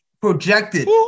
projected